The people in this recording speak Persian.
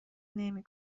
نمی